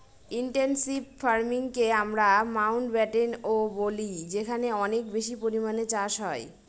intensive ফার্মিংকে আমরা মাউন্টব্যাটেনও বলি যেখানে অনেক বেশি পরিমানে চাষ হয়